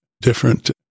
different